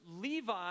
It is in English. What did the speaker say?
Levi